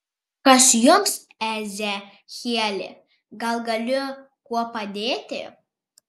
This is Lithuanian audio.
kas jums ezechieli gal galiu kuo padėti